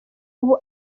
ubu